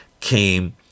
came